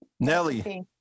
Nelly